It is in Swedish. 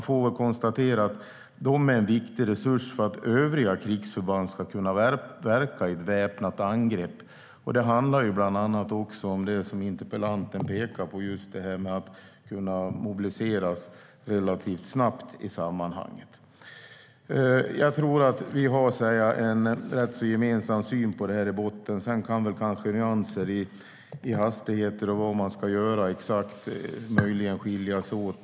Det är en viktig resurs för att övriga krigsförband ska kunna verka i ett väpnat angrepp. Det handlar bland annat om det som interpellanten pekar på, nämligen att kunna mobiliseras relativt snabbt i sammanhanget. Vi har en rätt gemensam syn i frågan. Sedan kan nyanser i hastigheter och vad som ska göras exakt möjligen skilja sig åt.